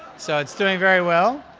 so it's doing very well.